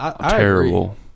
terrible